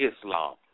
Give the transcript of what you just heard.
Islam